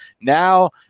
now